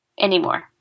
anymore